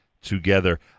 together